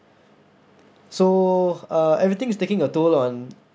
so uh everything is taking a toll on